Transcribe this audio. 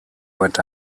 what